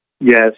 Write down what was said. Yes